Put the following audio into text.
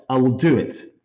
i will do it.